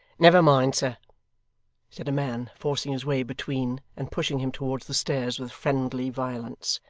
never mind, sir said a man, forcing his way between and pushing him towards the stairs with friendly violence,